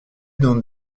dans